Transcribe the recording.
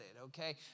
okay